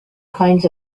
kinds